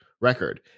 record